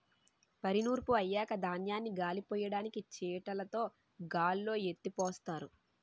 వరి నూర్పు అయ్యాక ధాన్యాన్ని గాలిపొయ్యడానికి చేటలుతో గాల్లో ఎత్తిపోస్తారు